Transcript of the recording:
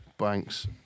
Banks